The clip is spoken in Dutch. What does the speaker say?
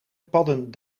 padden